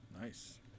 Nice